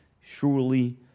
Surely